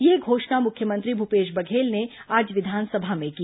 यह घोषणा मुख्यमंत्री भूपेश बघेल ने आज विधानसभा में की